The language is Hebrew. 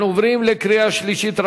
אנחנו עוברים לקריאה השלישית,